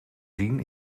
zien